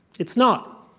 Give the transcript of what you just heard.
it's not.